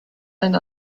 and